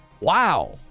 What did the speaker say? Wow